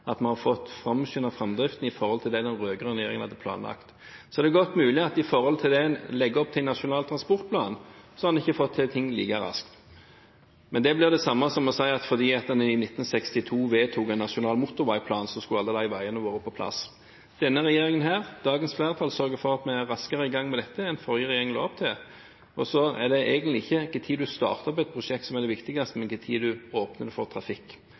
at vi har fått framskyndet framdriften i forhold til det den rød-grønne regjeringen hadde planlagt. Så er det godt mulig at i forhold til det en legger opp til i Nasjonal transportplan, har en ikke fått til ting like raskt. Men det blir det samme som å si at fordi en i 1962 vedtok en nasjonal motorveiplan, så skulle alle de veiene vært på plass. Denne regjeringen, dagens flertall, sørger for at vi er raskere i gang med dette enn forrige regjering la opp til. Så er det egentlig ikke når man starter opp et prosjekt, som er det viktigste, men når man åpner det for trafikk.